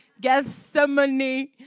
Gethsemane